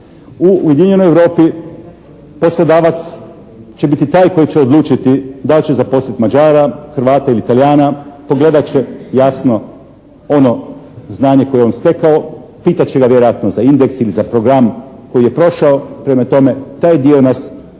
U Ujedinjenoj Europi poslodavac će biti taj koji će odlučiti da li će zaposliti Mađara, Hrvata ili Talijana. Pogledati će jasno ono znanje koje je on stekao. Pitat će ga vjerojatno za indeks ili za program koji je prošao. Prema tome taj dio nas sve